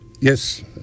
Yes